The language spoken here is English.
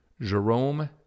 Jerome